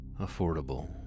Affordable